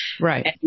Right